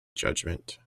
judgment